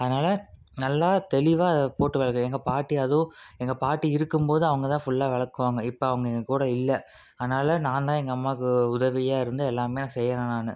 அதனால நல்ல தெளிவாக அதை போட்டு விளக்குவேன் எங்கள் பாட்டி அதுவும் எங்கள் பாட்டி இருக்கும் போது அவங்க தான் ஃபுல்லாக விளக்குவாங்க இப்போ அவங்க எங்கள் கூட இல்ல அதனால நான் தான் எங்கள் அம்மாவுக்கு உதவியாக இருந்து எல்லாமே செய்கிறேன் நான்